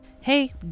Hey